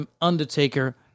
Undertaker